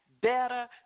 better